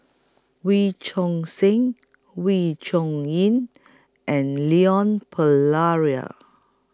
Wee Choon Seng Wee Chong Yin and Leon Perera